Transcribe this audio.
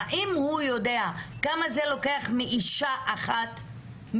אבל האם הוא יודע כמה העסק הזה שאתם מביאים לוקח מאישה אחת בממוצע?